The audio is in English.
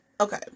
okay